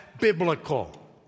biblical